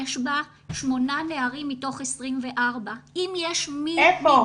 יש בה שמונה נערים מתוך 24. אם יש מישהו --- איפה?